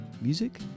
music